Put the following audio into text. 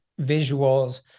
visuals